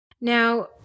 Now